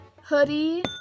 hoodie